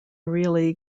really